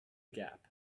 gap